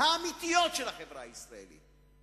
האמיתיות של החברה הישראלית,